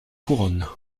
couronne